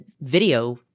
video